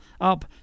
up